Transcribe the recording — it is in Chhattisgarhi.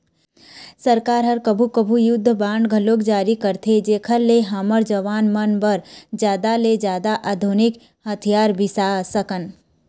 सरकार ह कभू कभू युद्ध बांड घलोक जारी करथे जेखर ले हमर जवान मन बर जादा ले जादा आधुनिक हथियार बिसा सकन